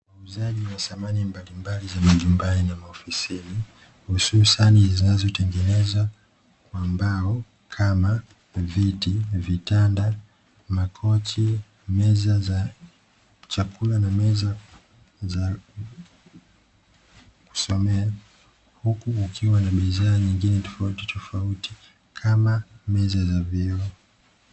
Wauzaji wa samani mbalimbali za majumbani na maofisini, hususani zinazotengenezwa kwa mbao kama; Viti, Vitanda, makochi, meza za chakula na meza za kusomea huku kukiwa na bidhaa zingine tofautitofauti kama, meza za vioo.